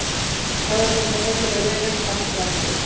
हम अपन फसल से बढ़िया ईनाम कहाँ से प्राप्त करी?